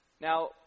Now